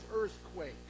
earthquake